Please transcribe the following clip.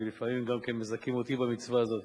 ולפעמים גם מזכים אותי במצווה הזאת.